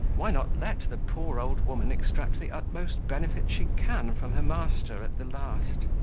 why not let the poor old woman extract the utmost benefit she can from her master at the last.